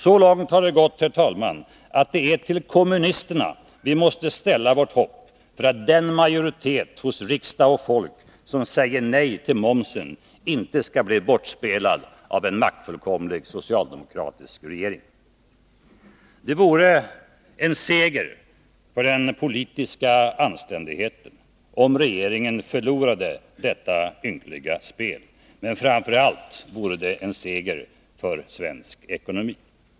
Så långt har det gått, att det är till kommunisterna vi måste ställa vårt hopp att den majoritet hos riksdag och folk som säger nej till momsen inte skall bli bortspelad av en maktfullkomlig socialdemokratisk Nr 50 Det vore en seger för den politiska anständigheten om regeringen förlorade detta ynkliga spel. Men framför allt vore det en seger för Sveriges ekonomi.